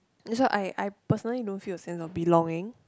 that's why I I personally don't feel a sense of belonging